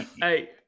hey